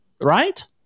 right